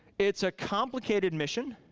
it's a complicated mission.